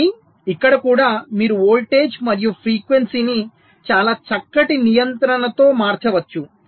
మళ్ళీ ఇక్కడ కూడా మీరు వోల్టేజ్ మరియు ఫ్రీక్వెన్సీని చాలా చక్కటి నియంత్రణతో మార్చవచ్చు